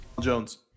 Jones